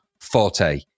forte